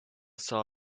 saw